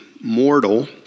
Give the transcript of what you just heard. mortal